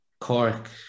Cork